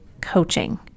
coaching